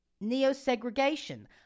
neo-segregation